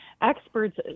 experts